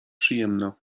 przyjemna